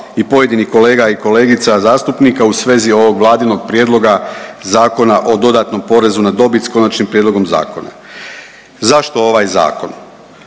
i pojedinih kolega i kolegica zastupnika u svezi ovog Vladinog Prijedlog zakona o dodatnom porezu na dobit s Konačnim prijedlogom zakona. Zašto ovaj Zakon?